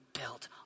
built